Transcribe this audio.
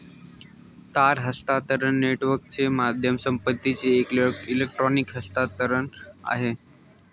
तार हस्तांतरण नेटवर्कच माध्यम संपत्तीचं एक इलेक्ट्रॉनिक हस्तांतरण आहे